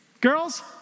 Girls